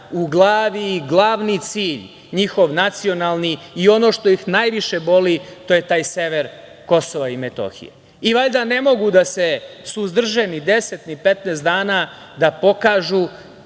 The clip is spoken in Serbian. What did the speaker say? u glavi i glavni cilj njihov nacionalni i ono što ih najviše boli to je taj sever KiM. Valjda ne mogu da se suzdrže ni deset ni petnaest dana da pokažu